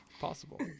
Possible